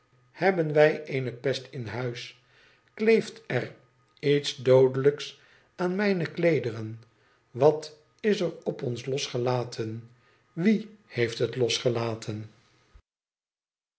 hebben wij eene pest in huis kleeft er iets doodelijks aan mijne jdeederen wat is er op ons losgelaten wie heeft het losgelaten